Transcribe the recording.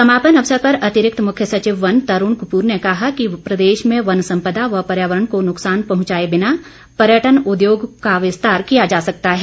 समापन अवसर पर अतिरिक्त मुख्य सचिव वन तरूण कपूर ने कहा कि प्रदेश में वन सम्पदा व पर्यावरण को नुकसान पहुंचाए बिना पर्यटन उद्योग का विस्तार किया जा सकता है